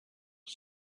was